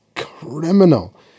criminal